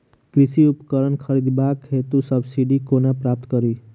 कृषि उपकरण खरीदबाक हेतु सब्सिडी कोना प्राप्त कड़ी?